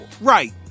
Right